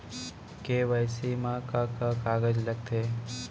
KYC मा का का कागज लगथे?